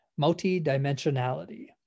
multi-dimensionality